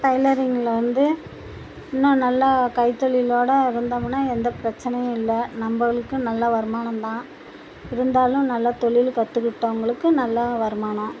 டைலரிங்கில் வந்து இன்னும் நல்லா கைத்தொழிலோட இருந்தோமுன்னா எந்த பிரச்சினையும் இல்லை நம்மளுக்கும் நல்ல வருமானம் தான் இருந்தாலும் நல்லா தொழிலு கற்றுக்கிட்டவங்களுக்கு நல்லா வருமானம்